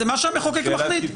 זה מה שהמחוקק מחליט.